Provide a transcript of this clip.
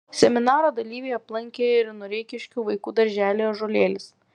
seminaro dalyviai aplankė ir noreikiškių vaikų darželį ąžuolėlis